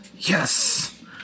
yes